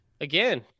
Again